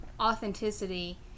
authenticity